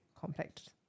complex